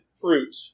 fruit